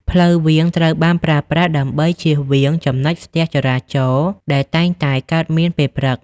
ផ្លូវវាង ត្រូវបានប្រើប្រាស់ដើម្បីជៀសវាងចំណុចស្ទះចរាចរណ៍ដែលតែងតែកើតមានពេលព្រឹក។